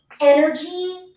energy